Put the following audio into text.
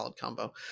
combo